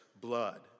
blood